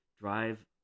drive